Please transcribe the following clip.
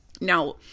Now